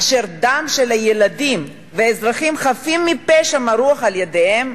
אשר דם של ילדים ואזרחים חפים מפשע מרוח על ידיהם?